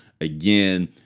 again